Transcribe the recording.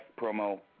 promo